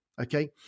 okay